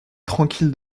tranquille